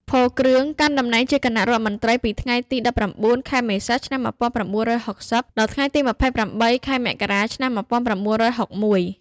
ផូ គ្រឿង កាន់តំណែងជាគណៈរដ្ឋមន្ត្រីពីថ្ងៃទី១៩ ខែមេសា ឆ្នាំ១៩៦០ ដល់ថ្ងៃទី ២៨ ខែមករា ឆ្នាំ១៩៦១។